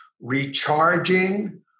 recharging